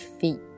feet